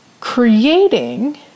Creating